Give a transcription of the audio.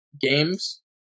games